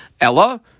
Ella